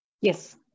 Yes